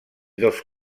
dos